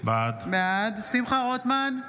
בעד שמחה רוטמן,